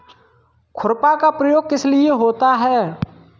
खुरपा का प्रयोग किस लिए होता है?